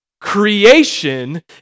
Creation